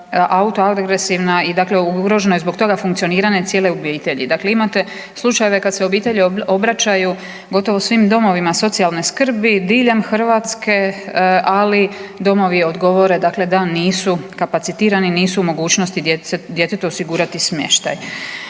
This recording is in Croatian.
autoagresivna i dakle ugroženo je zbog toga funkcioniranje cijele obitelji. Dakle, imate slučajeva kada se obitelji obraćaju gotovo svim domovima socijalne skrbi diljem Hrvatske, ali domovi odgovore dakle da nisu kapacitirani, nisu u mogućnosti djetetu osigurati smještaj.